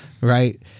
right